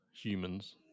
humans